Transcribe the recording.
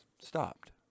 stopped